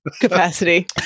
capacity